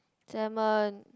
salmon